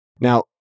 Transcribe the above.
Now